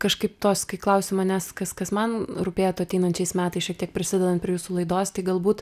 kažkaip tos kai klausi manęs kas kas man rūpėtų ateinančiais metais šiek tiek prisidedant prie jūsų laidos tai galbūt